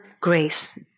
grace